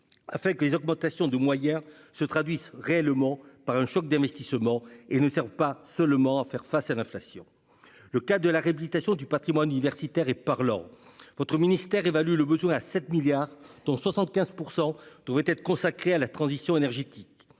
afin que les augmentations de moyens se traduisent réellement par un « choc d'investissements » et ne servent pas seulement à faire face à l'inflation. Le cas de la réhabilitation du patrimoine universitaire est parlant. Votre ministère évalue le besoin à 7 milliards d'euros, dont 75 % devraient être consacrés à la transition énergétique.